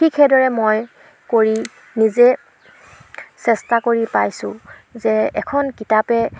ঠিক সেইদৰে মই কৰি নিজে চেষ্টা কৰি পাইছোঁ যে এখন কিতাপে